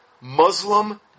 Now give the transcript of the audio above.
Muslim